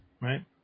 right